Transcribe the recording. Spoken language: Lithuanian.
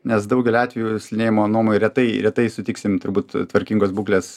nes daugeliu atvejų slinėjimo nuomoj retai retai sutiksim turbūt tvarkingos būklės